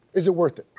is it worth it?